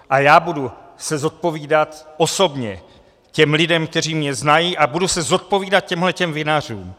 A já se budu zodpovídat osobně těm lidem, kteří mě znají, a budu se zodpovídat těmhle vinařům.